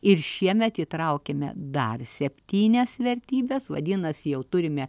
ir šiemet įtraukėme dar septynias vertybes vadinasi jau turime